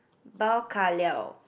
bao ka liao